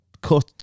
cut